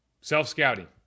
self-scouting